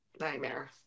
Nightmare